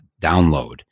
download